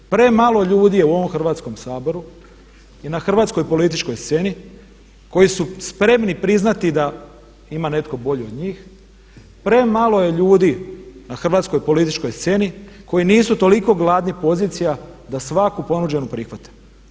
Premalo ljudi je u ovom Hrvatskom saboru i na hrvatskoj političkoj sceni koji su spremni priznati da ima netko bolji od njih, premalo je ljudi na hrvatskoj političkoj sceni koji nisu toliko gladni pozicija da svaku ponuđenu prihvate.